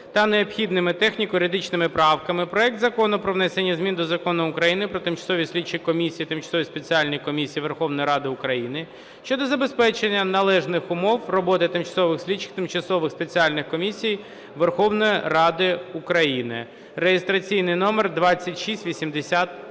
та необхідними техніко-юридичними правками проект Закону про внесення змін до Закону України "Про тимчасові слідчі комісії і тимчасові спеціальні комісії Верховної Ради України" щодо забезпечення належних умов роботи тимчасових слідчих і тимчасових спеціальних комісій Верховної Ради України (реєстраційний номер 3681).